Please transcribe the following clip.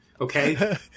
okay